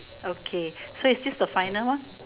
okay so is this the final one